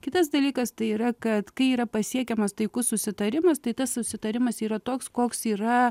kitas dalykas tai yra kad kai yra pasiekiamas taikus susitarimas tai tas susitarimas yra toks koks yra